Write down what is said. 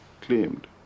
claimed